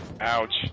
Ouch